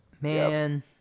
Man